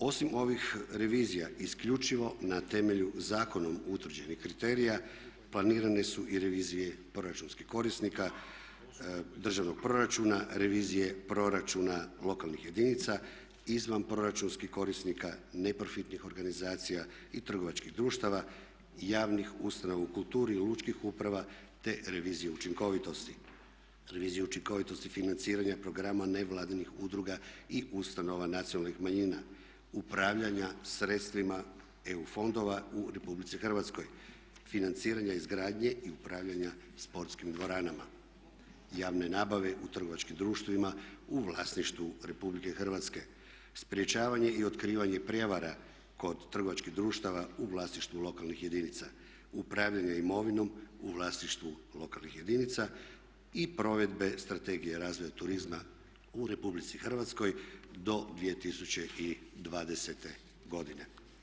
Osim ovih revizija isključivo na temelju zakonom utvrđenih kriterija planirane su i revizije proračunskih korisnika državnog proračuna, revizije proračuna lokalnih jedinica izvanproračunskih korisnika neprofitnih organizacija i trgovačkih društava, javnih ustanova u kulturi, lučkih uprava, te revizije učinkovitosti, reviziju učinkovitosti financiranja programa nevladinih udruga i ustanova nacionalnih manjina, upravljanja sredstvima EU fondova u Republici Hrvatskoj, financiranja izgradnje i upravljanja sportskim dvoranama, javne nabave u trgovačkim društvima u vlasništvu Republike Hrvatske, sprječavanje i otkrivanje prijevara kod trgovačkih društava u vlasništvu lokalnih jedinica, upravljanje imovinom u vlasništvu lokalnih jedinica i provedbe strategije razvoja turizma u Republici Hrvatskoj do 2020. godine.